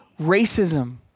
racism